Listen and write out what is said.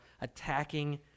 attacking